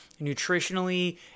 nutritionally